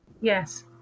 Yes